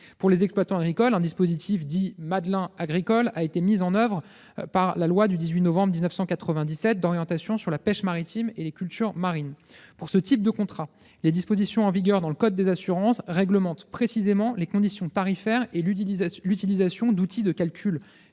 Pour les exploitants agricoles, un dispositif dit « Madelin agricole » a été mis en oeuvre par la loi du 18 novembre 1997 d'orientation sur la pêche maritime et les cultures marines. Pour ce type de contrats, les dispositions en vigueur dans le code des assurances réglementent précisément les conditions tarifaires et l'utilisation d'outils de calcul